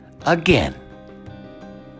again